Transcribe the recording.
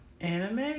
Anime